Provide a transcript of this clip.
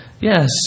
Yes